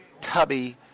tubby